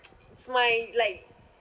it's my like